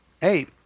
hey